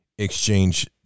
exchange